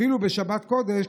אפילו בשבת קודש,